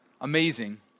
amazing